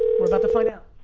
we're about to find out.